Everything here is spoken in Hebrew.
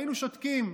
היינו שותקים.